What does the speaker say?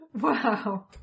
Wow